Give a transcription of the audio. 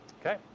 Okay